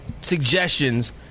Suggestions